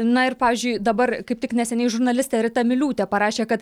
na ir pavyzdžiui dabar kaip tik neseniai žurnalistė rita miliūtė parašė kad